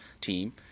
team